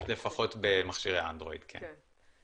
לפחות במכשירי אנדרואיד, כן.